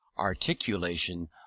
Articulation